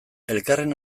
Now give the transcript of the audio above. elkarren